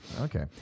okay